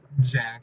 Jack